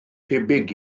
tebyg